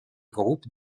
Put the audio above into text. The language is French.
groupes